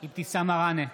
אבתיסאם מראענה,